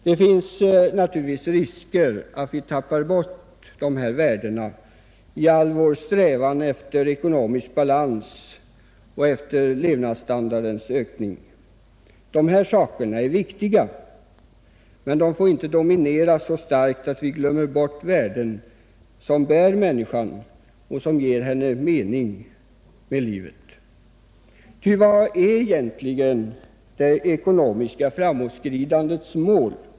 Det finns naturligtvis risk att vi tappar bort dessa värden i all vår strävan efter ekonomisk balans och levnadsstandardens ökning. Dessa saker är viktiga, men de får inte dominera så starkt att vi glömmer bort värden som bär människan och som ger henne mening med livet. Ty vad är egentligen det ekonomiska framåtskridandets mål?